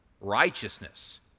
Righteousness